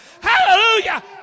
Hallelujah